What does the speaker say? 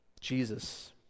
Jesus